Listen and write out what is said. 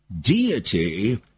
deity